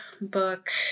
book